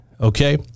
Okay